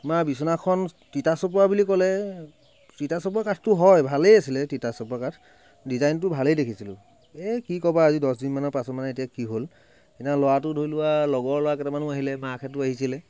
আমাৰ বিচনাখন তিতাচপা বুলি ক'লে তিতাচপা কাঠটো আছিলে হয় ভালে আছিলে তিতাচপা কাঠ ডিজাইনটো ভালে দেখিছিলোঁ এই কি ক'বা আজি দহ দিনমানৰ পাছত মানে এতিয়া কি হ'ল সেইদিনা ল'ৰাটো ধৰি লোৱা লগৰ ল'ৰা কেইটামানো আহিল মাকহেঁতো আহিছিলে